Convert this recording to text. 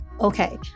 Okay